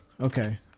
Okay